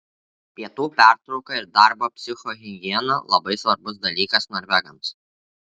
pietų pertrauka ir darbo psichohigiena labai svarbus dalykas norvegams